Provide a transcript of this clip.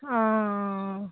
অঁ